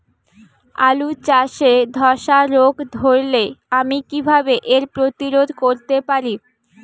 আলু চাষে ধসা রোগ ধরলে আমি কীভাবে এর প্রতিরোধ করতে পারি?